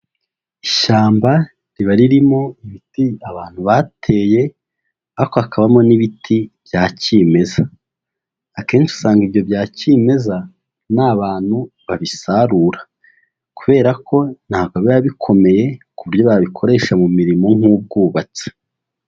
Ishyamba riba ririmo ibiti abantu bateye, ako hakabamo n'ibiti bya kimeza. Akenshi usanga ibyo bya kimeza, nta bantu babisarura, kubera ko ntago biba bikomeye, kuburyo babikoresha mu mirimo, nk'ubwubatsi.